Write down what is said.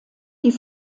die